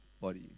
body